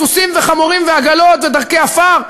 סוסים וחמורים ועגלות ודרכי עפר?